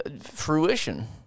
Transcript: Fruition